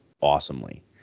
awesomely